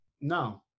no